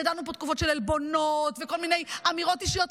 ידענו פה תקופות של עלבונות וכל מיני אמירות אישיות.